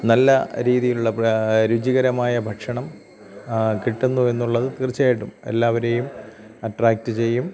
നല്ല രീതിയിലുള്ള രുചികരമായ ഭക്ഷണം കിട്ടുന്നു എന്നുള്ളത് തീർച്ചയായിട്ടും എല്ലാവരെയും അട്ട്രാക്ട് ചെയ്യും